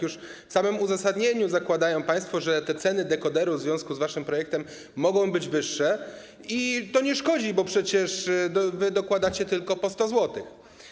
Już w samym uzasadnieniu zakładają państwo, że ceny dekoderów w związku z waszym projektem mogą być wyższe, ale to nie szkodzi, bo przecież wy dokładacie tylko po 100 zł.